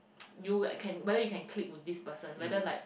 you can whether you can clique with this person whether like